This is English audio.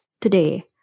Today